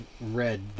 read